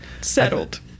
Settled